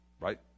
Right